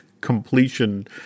completion